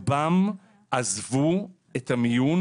אלה שישבו כאן בהתחלה, רובם הם הכתובת גם לעניין